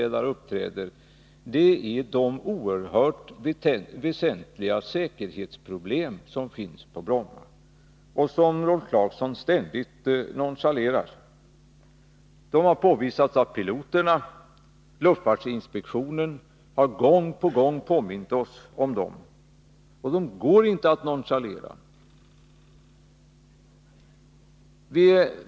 Jag måste säga att jag alltid blir förvånad när jag hör Rolf Clarkson och även andra Brommaföreträdare. Säkerhetsproblemen har påvisats av piloterna. Luftfartsinspektionen har gång på gång påmint oss om problemen. Det går inte att nonchalera dem.